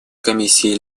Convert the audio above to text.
комиссии